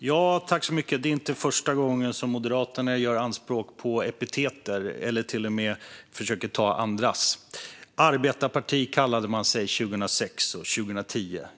Herr talman! Det är inte första gången som Moderaterna gör anspråk på epitet eller till och med försöker ta andras. Man kallade sig arbetarparti i valen 2006 och 2010.